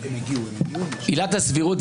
עילת הסבירות,